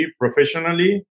professionally